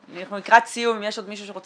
אנחנו לקראת סיום אם יש מישהו שרוצה